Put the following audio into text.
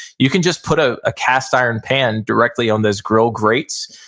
you can just put ah a cast iron pan directly on those grill grates,